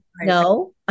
no